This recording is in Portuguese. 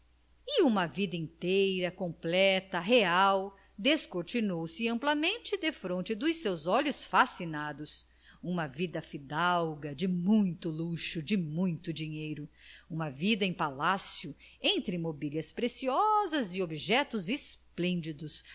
e uma vida inteira completa real descortinou se amplamente defronte dos seus olhos fascinados uma vida fidalga de muito luxo de muito dinheiro uma vida de palácio entre mobílias preciosas e objetos esplêndidos